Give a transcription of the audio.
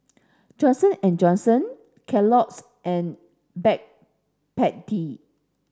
Johnson and Johnson Kellogg's and